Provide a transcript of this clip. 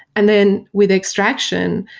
and then with extraction,